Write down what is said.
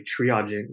triaging